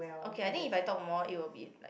okay I think if I talk more it will be like